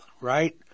right